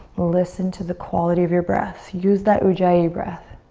listen to the quality of your breath. use that ujjayi breath.